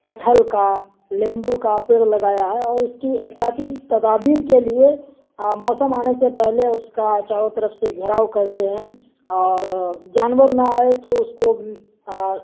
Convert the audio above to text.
کٹہل کا لیمبو کا پیڑ لگایا ہے اور اس کی احتیاطی تدابیر کے لیے موسم آنے سے پہلے اس کا چاروں طرف سے گھیراؤ کرتے ہیں اور جانور نہ آئے تو اس کو